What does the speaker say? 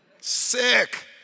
Sick